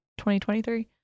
2023